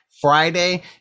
Friday